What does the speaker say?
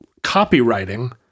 copywriting